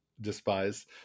despise